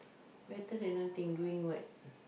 better than nothing doing what